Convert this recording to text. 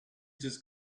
just